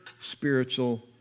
spiritual